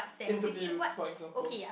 interviews for example